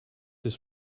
his